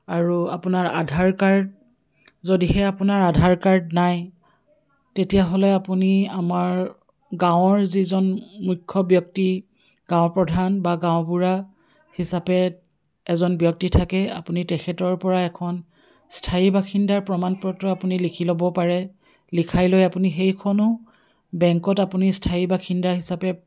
আৰু আপোনাৰ আধাৰ কাৰ্ড যদিহে আপোনাৰ আধাৰ কাৰ্ড নাই তেতিয়াহ'লে আপুনি আমাৰ গাঁৱৰ যিজন মুখ্য ব্যক্তি গাঁও প্ৰধান বা গাঁওবুঢ়া হিচাপে এজন ব্যক্তি থাকে আপুনি তেখেতৰ পৰা এখন স্থায়ী বাসিন্দাৰ প্ৰমাণ পত্ৰ আপুনি লিখি ল'ব পাৰে লিখাই লৈ আপুনি সেইখনো বেংকত আপুনি স্থায়ী বাসিন্দা হিচাপে